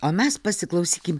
o mes pasiklausykim